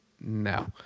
No